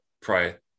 prior